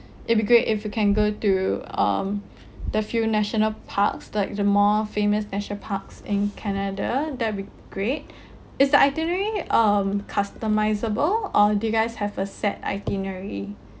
it'll be great if we can go to um the few national parks like the more famous national parks in canada that'll be great is the itinerary um customisable or do you guys have a set itinerary